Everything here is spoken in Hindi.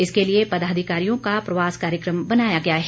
इसके लिए पदाधिकारियों का प्रवास कार्यक्रम बनाया गया है